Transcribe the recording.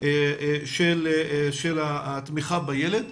של התמיכה בילד,